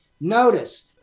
Notice